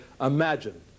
imagine